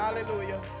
Hallelujah